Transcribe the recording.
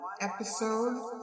episode